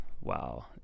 wow